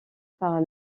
par